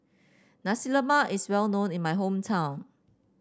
Nasi Lemak is well known in my hometown